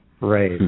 Right